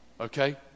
Okay